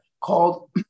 called